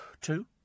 two